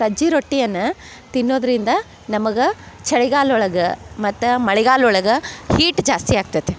ಸಜ್ಜಿ ರೊಟ್ಟಿಯನ್ನ ತಿನ್ನೋದರಿಂದ ನಮಗೆ ಚಳಿಗಾಲ ಒಳಗೆ ಮತ್ತು ಮಳೆಗಾಲ ಒಳಗೆ ಹೀಟ್ ಜಾಸ್ತಿ ಆಗ್ತತಿ